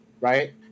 right